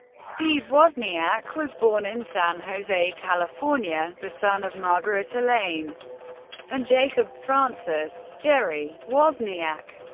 steve wozniak was born in san jose, california, the son of margaret elaine and jacob francis jerry wozniak.